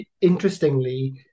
interestingly